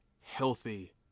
healthy